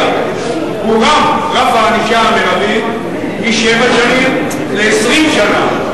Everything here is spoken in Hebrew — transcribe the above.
הורם רף הענישה המרבי משבע שנים ל-20 שנה.